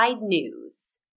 news